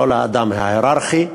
לא לאדם ההייררכי,